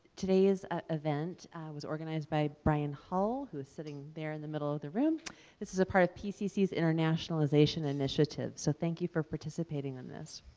today's ah event was organized by bryan hull who is sitting there in the middle of the room. this is a part of pcc's internationalization initiative so thank you for participating in this.